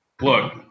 Look